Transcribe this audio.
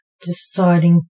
deciding